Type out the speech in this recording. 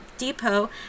Depot